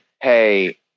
hey